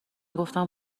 گفتم